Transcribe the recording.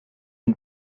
une